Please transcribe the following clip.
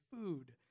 food